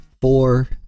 four